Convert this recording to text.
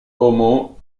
homo